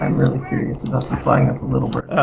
um really curious the flying of the littlebird